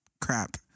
crap